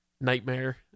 nightmare